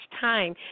time